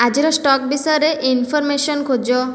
ଆଜିର ଷ୍ଟକ୍ ବିଷୟରେ ଇନ୍ଫର୍ମେସନ୍ ଖୋଜ